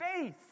faith